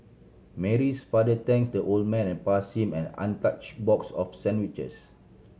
Mary's father thanks the old man and pass him an untouch box of sandwiches